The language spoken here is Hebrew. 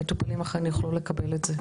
המטופלים אכן יוכלו לקבל את זה.